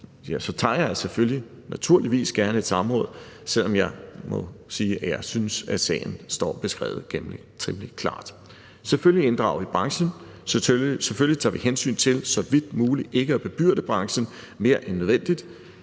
om, tager jeg selvfølgelig naturligvis gerne et samråd, selv om jeg må sige, at jeg synes, at sagen står beskrevet temmelig klart. Selvfølgelig inddrager vi branchen, selvfølgelig tager vi hensyn til så vidt muligt ikke at bebyrde branchen mere end nødvendigt,